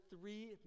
three